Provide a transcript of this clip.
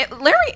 Larry